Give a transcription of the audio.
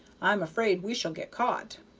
i'm afraid we shall get caught.